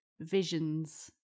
visions